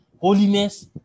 holiness